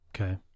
Okay